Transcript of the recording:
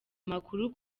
amakuru